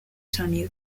sonido